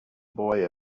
boy